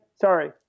sorry